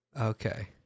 Okay